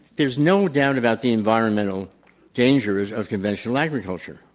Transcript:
there's no doubt about the environmental dangers of convention al agriculture.